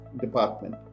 department